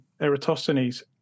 Eratosthenes